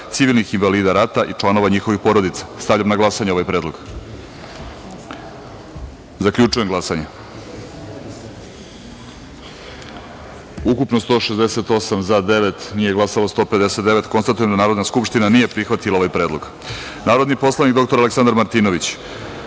civilnih invalida rata i članova njihovih porodica. Stavljam na glasanje ovaj predlog. Zaključujem glasanje: ukupno – 168, za – devet, nije glasalo – 159 narodnih poslanika. Konstatujem da Narodna skupština nije prihvatila ovaj predlog. Narodni poslanik dr Aleksandar Martinović